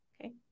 okay